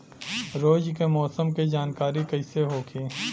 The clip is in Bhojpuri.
रोज के मौसम के जानकारी कइसे होखि?